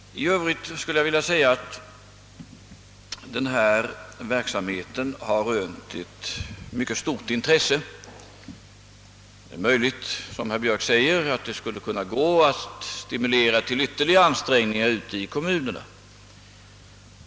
I övrigt vill jag säga att denna verksamhet har rönt ett mycket stort intresse. Det är möjligt att det, som herr Björk säger, skulle kunna gå att stimulera till ytterligare ansträngningar ute i kommunerna.